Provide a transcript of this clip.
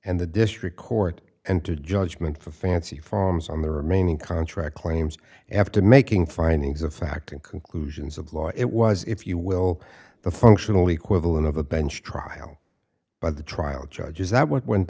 and the district court and to the judgment for fancy forms on the remaining contract claims after making findings of fact and conclusions of law it was if you will the functionally equivalent of a bench trial by the trial judge is that w